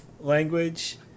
language